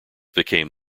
became